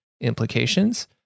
implications